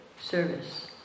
service